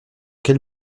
quel